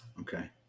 Okay